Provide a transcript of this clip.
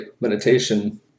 meditation